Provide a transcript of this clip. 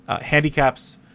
Handicaps